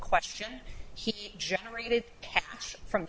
question he generated from